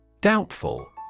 Doubtful